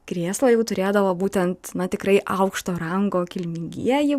krėslą jau turėdavo būtent na tikrai aukšto rango kilmingieji